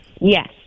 Yes